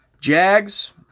Jags